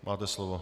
Máte slovo.